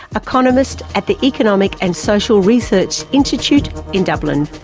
economist at the economic and social research institute in dublin.